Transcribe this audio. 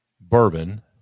bourbon